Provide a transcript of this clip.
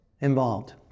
involved